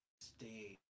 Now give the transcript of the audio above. stay